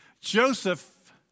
Joseph